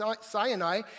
Sinai